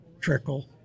trickle